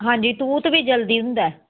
ਹਾਂਜੀ ਤੂਤ ਵੀ ਜਲਦੀ ਹੁੰਦਾ ਹੈ